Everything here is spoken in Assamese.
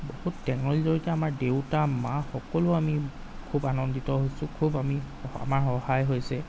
বহুত টেকনল'জিৰ জৰিয়তে আমাৰ দেউতা মা সকলো আমি খুব আনন্দিত হৈছোঁ খুব আমি আমাৰ সহায় হৈছে